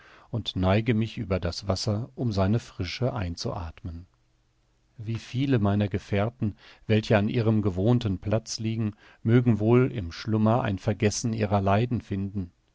und neige mich über das wasser um seine frische einzuathmen wie viele meiner gefährten welche an ihrem gewohnten platz liegen mögen wohl im schlummer ein vergessen ihrer leiden finden